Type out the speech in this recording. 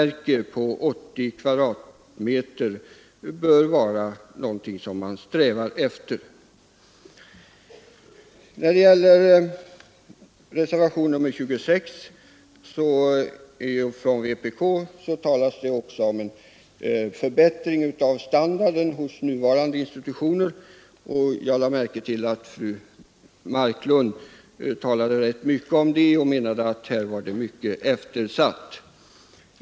per plats bör vara ett riktmärke — något som man bör sträva efter. I reservationen 26 från vpk talas det om en förbättring av standarden hos nuvarande institutioner. Jag lade märke till att fru Marklund talade mycket om denna fråga och menade att den var mycket eftersatt.